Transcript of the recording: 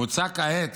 מוצע כעת